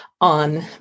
on